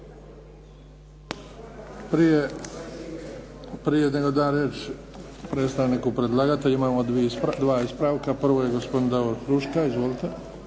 Prije nego dam riječ predstavniku predlagatelja, imamo dva ispravka. Prvo je gospodin Davor Huška. Izvolite.